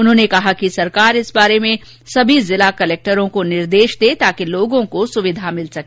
उन्होंने कहा कि सरकार इस बारे में सभी जिला कलेक्टरों को निर्देशित करे ताकि लोगों को सुविधा मिल सके